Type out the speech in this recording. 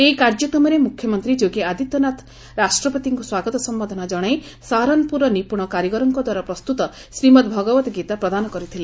ଏହି କାର୍ଯ୍ୟକ୍ରମରେ ମୁଖ୍ୟମନ୍ତ୍ରୀ ଯୋଗୀ ଆଦିତ୍ୟନାଥ ରାଷ୍ଟ୍ରପତିଙ୍କୁ ସ୍ୱାଗତ ସମ୍ଭର୍ଦ୍ଧନା ଜଶାଇ ଶାହାରନପୁରର ନିପୁଣ କାରିଗରଙ୍କ ଦ୍ୱାରା ପ୍ରସ୍ତୁତ ଶ୍ରୀମଦ୍ ଭାଗବତ ଗୀତା ପ୍ରଦାନ କରିଥିଲେ